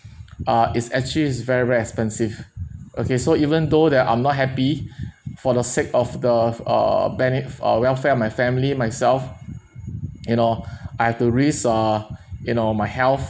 ah is actually is very very expensive okay so even though that I'm not happy for the sake of the err benef~ uh welfare of my family myself you know I have to risk uh you know my health